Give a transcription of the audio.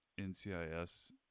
NCIS